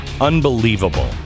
Unbelievable